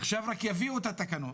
עכשיו רק יביאו את התקנות